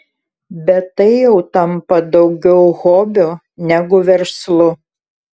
bet tai jau tampa daugiau hobiu negu verslu